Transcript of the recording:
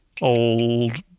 old